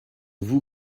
vous